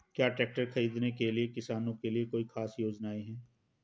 क्या ट्रैक्टर खरीदने के लिए किसानों के लिए कोई ख़ास योजनाएं हैं?